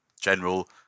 general